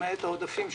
למעט העודפים שמועברים,